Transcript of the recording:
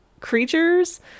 creatures